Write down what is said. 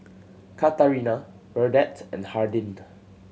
Katarina Burdette and Hardin